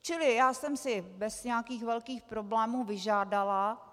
Čili já jsem si bez nějakých velkých problémů vyžádala...